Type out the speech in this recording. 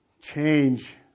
change